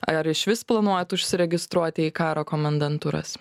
ar išvis planuojat užsiregistruoti į karo komendantūras